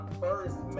first